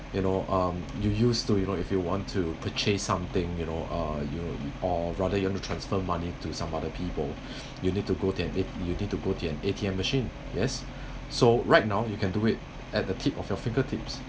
you know um you used to you know if you want to purchase something you know uh you or rather you want to transfer money to some other people you need to go to an A~ you need to go to an A_T_M machine yes so right now you can do it at the tip of your fingertips